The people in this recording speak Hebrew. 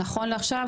נכון לעכשיו,